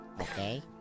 Okay